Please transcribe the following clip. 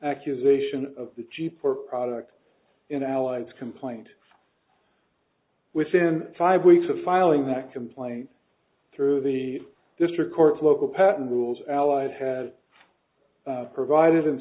accusation of the cheaper product in allies complaint within five weeks of filing that complaint through the district court local patent rules allied had provide